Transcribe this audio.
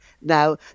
Now